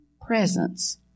presence